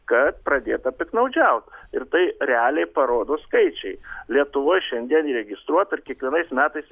kad pradėta piktnaudžiaut ir tai realiai parodo skaičiai lietuvoj šiandien registruota ir kiekvienais metais